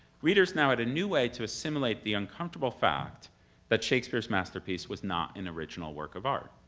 readers now had a new way to assimilate the uncomfortable fact that shakespeare's masterpiece was not an original work of art.